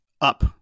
up